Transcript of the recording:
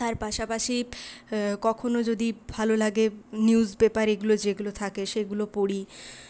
তার পাশাপাশি কখনও যদি ভালো লাগে নিউজপেপার এগুলো যেগুলো থাকে সেগুলো পড়ি